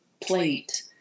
plate